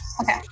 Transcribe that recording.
Okay